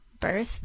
birth